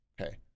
Okay